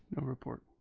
no report.